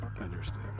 Understood